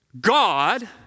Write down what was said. God